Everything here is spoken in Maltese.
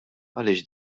għaliex